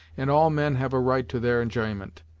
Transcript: and all men have a right to their enj'yment.